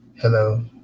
Hello